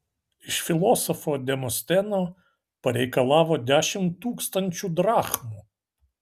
iš filosofo demosteno pareikalavo dešimt tūkstančių drachmų